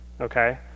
okay